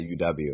UW